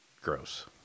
gross